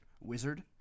wizard